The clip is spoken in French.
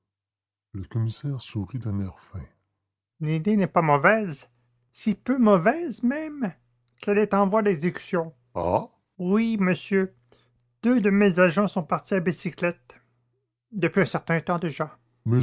le commissaire sourit d'un air fin l'idée n'est pas mauvaise si peu mauvaise même qu'elle est en voie d'exécution ah oui monsieur deux de mes agents sont partis à bicyclette depuis un certain temps déjà